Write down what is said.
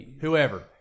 Whoever